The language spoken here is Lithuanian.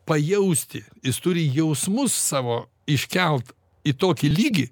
pajausti jis turi jausmus savo iškelt į tokį lygį